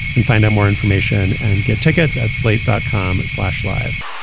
can find out more information and get tickets at slate dot com. and slash live.